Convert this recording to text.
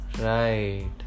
Right